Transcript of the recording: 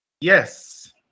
Yes